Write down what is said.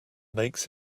makes